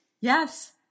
Yes